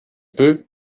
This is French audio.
peu